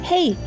Hey